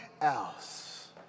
else